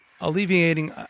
alleviating